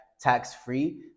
tax-free